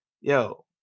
Yo